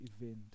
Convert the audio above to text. event